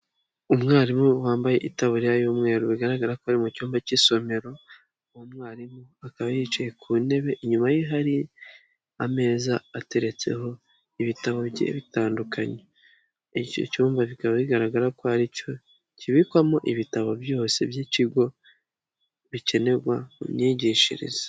Umwarimu wambaye itaburiya y'umweru bigaragara ko ari mu cyumba cy'isomero, uwo mwarimu akaba yicaye ku ntebe, inyuma ye hari ameza ateretseho ibitabo bigiye bitandukanye. Icyo cyumba bikaba bigaragara ko ari cyo kibikwamo ibitabo byose by'ikigo bikenerwa mu myigishirize.